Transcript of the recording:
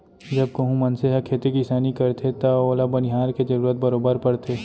जब कोहूं मनसे ह खेती किसानी करथे तव ओला बनिहार के जरूरत बरोबर परथे